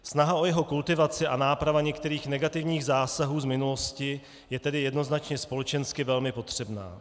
Snaha o jeho kultivaci a náprava některých negativních zásahů z minulosti je tedy jednoznačně společensky velmi potřebná.